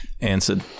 answered